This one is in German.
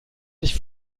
sich